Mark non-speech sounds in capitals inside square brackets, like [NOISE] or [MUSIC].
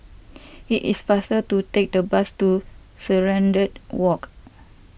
[NOISE] it is faster to take the bus to Serenade Walk